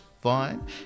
fun